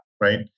Right